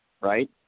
right